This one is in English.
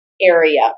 area